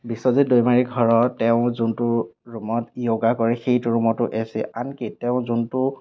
বিশ্বজিৎ দৈমাৰীৰ ঘৰত তেওঁ যোনটো ৰুমত য়োগা কৰে সেইটো ৰুমতো এ চি আনকি তেওঁৰ যোনটো